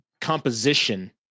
composition